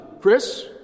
Chris